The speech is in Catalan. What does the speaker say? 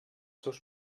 seus